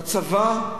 בצבא,